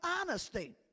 honesty